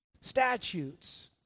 statutes